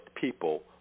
people